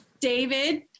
David